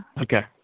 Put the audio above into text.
Okay